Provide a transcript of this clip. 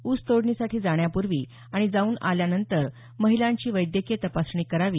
ऊस तोडणीसाठी जाण्यापूर्वी आणि जाऊन आल्यानंतर महिलांची वैद्यकीय तपासणी करावी